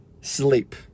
sleep